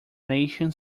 nation